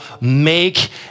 make